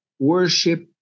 worship